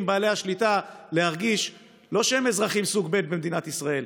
בעלי השליטה בהרגשה לא שהם אזרחים סוג ב' במדינת ישראל,